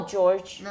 George